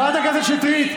אז תסבירי.